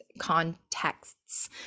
contexts